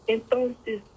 Entonces